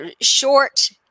short